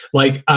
like,